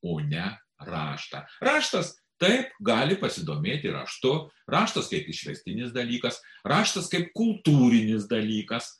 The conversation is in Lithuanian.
o ne raštą raštas taip gali pasidomėti raštu raštas kaip išvestinis dalykas raštas kaip kultūrinis dalykas